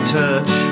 touch